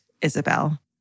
Isabel